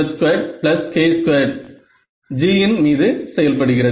2z2k2 G இன் மீது செயல் படுகிறது